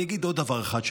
אני אגיד עוד דבר אחד.